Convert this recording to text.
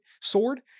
sword